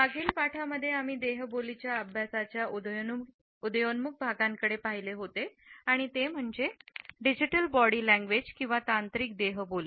मागील मॉड्यूलमध्ये आम्ही देहबोली च्या अभ्यासाच्या उदयोन्मुख भागाकडे पाहिले होते आणि ते म्हणजे डिजिटल बॉडी लँग्वेज किंवा तांत्रिक देहबोली